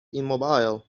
immobile